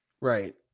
Right